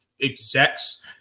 execs